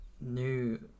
new